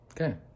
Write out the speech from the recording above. Okay